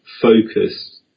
focus